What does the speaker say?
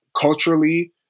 Culturally